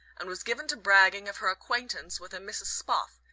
and was given to bragging of her acquaintance with a mrs. spoff,